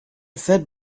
fed